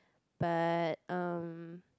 but um